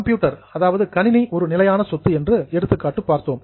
computer கணினி ஒரு நிலையான சொத்து என்று எடுத்துக்காட்டு பார்த்தோம்